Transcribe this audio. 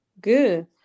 good